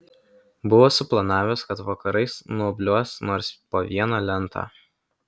buvo suplanavęs kad vakarais nuobliuos nors po vieną lentą